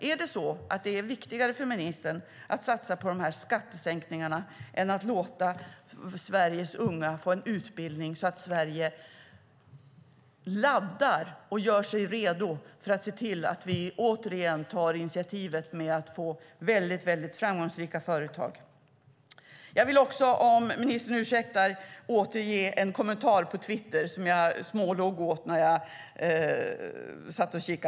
Är det viktigare för ministern att satsa på de här skattesänkningarna än att låta Sveriges unga få en utbildning så att Sverige laddar och gör sig redo för att återigen ta initiativet och få väldigt framgångsrika företag? Jag vill också, om ministern ursäktar, återge en kommentar på Twitter som jag smålog åt.